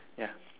ya